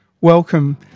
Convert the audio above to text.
welcome